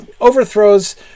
overthrows